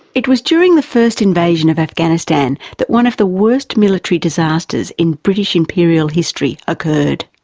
it was during the first invasion of afghanistan that one of the worst military disasters in british imperial history occurred.